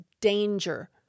danger